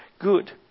good